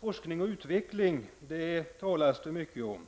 Forskning och utveckling talas det mycket om.